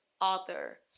author